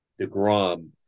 DeGrom